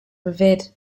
revered